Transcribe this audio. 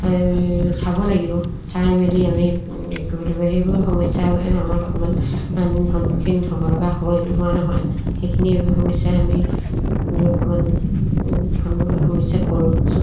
চাব লাগিব চাই মেলি আমি কৰিব লাগিব সেইবোৰ সমস্যা আমাক অকণমান স সন্মুখীন হ'ব লগা হয় নোহোৱা নহয় সেইখিনি সমস্যাই আমি অকণমান স সমস্যাত কৰোঁ